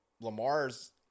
Lamar's –